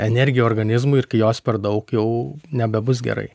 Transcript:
energija organizmui ir kai jos per daug jau nebebus gerai